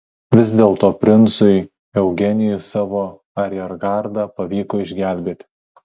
vis dėlto princui eugenijui savo ariergardą pavyko išgelbėti